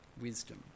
wisdom